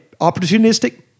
opportunistic